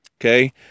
Okay